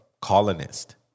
colonist